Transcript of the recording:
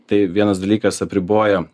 tai vienas dalykas apriboja